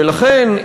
ולכן,